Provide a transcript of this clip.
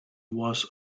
was